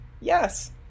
Yes